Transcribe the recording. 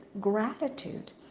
gratitude